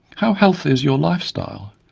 how healthy is your lifestyle?